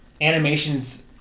animations